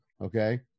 okay